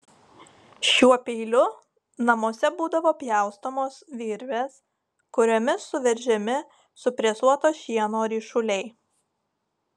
šiuo peiliu namuose būdavo pjaustomos virvės kuriomis suveržiami supresuoto šieno ryšuliai